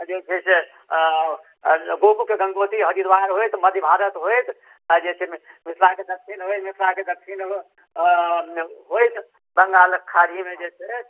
जे छै से गोमुख गङ्गोत्री हरिद्वार होइत मध्य भारत होइत आ जे छै मि मिथिलाके दक्षिण होइत मिथिलाके दक्षिण होइत बङ्गालक खाड़ीमे जे छै